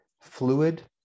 fluid